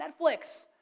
Netflix